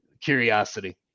curiosity